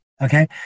Okay